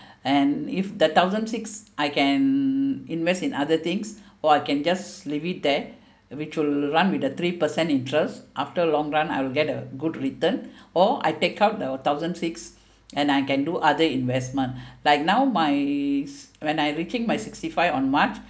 and if the thousand six I can invest in other things or I can just leave it there which will run with a three percent interest after long run I will get a good return or I take out the thousand six and I can do other investment like now my when I reaching my sixty five on march